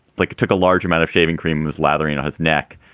like took a large amount of shaving cream with lathering on his neck.